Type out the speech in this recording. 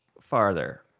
farther